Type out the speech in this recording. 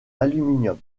aluminium